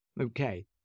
Okay